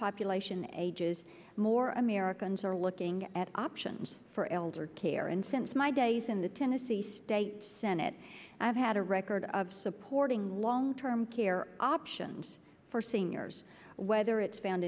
population ages more americans are looking at options for elder care and since my days in the tennessee state senate i've had a record of supporting long term care options for seniors whether it's found